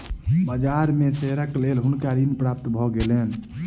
बाजार में शेयरक लेल हुनका ऋण प्राप्त भ गेलैन